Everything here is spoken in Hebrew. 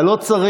אתה לא צריך.